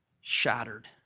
shattered